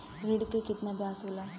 ऋण के कितना ब्याज होला?